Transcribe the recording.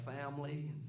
family